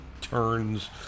turns